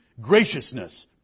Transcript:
graciousness